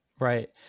Right